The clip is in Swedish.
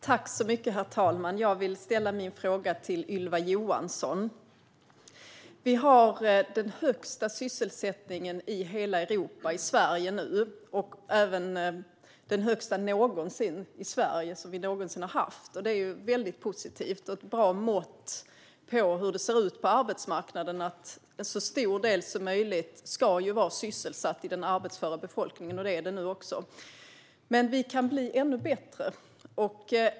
Herr talman! Jag vill ställa min fråga till Ylva Johansson. I Sverige har vi nu den högsta sysselsättningen i hela Europa. Det är även den högsta som vi någonsin har haft i Sverige. Detta är positivt och ett bra mått på hur det ser ut på arbetsmarknaden. En så stor del som möjligt av den arbetsföra befolkning ska vara sysselsatt, vilket den nu också är. Men vi kan bli ännu bättre.